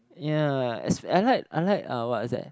ya as I like I like uh what is that